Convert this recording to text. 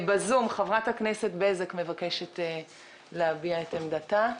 בזום, חברת הכנסת בזק מבקשת להביע את עמדתה.